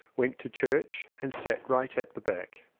went to church and sat right at the back,